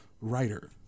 writer